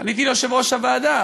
פניתי ליושב-ראש הוועדה,